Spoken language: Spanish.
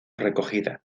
recogida